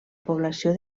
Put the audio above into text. població